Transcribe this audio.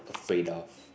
afraid of